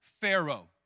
Pharaoh